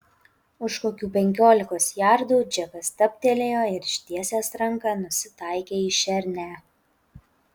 už kokių penkiolikos jardų džekas stabtelėjo ir ištiesęs ranką nusitaikė į šernę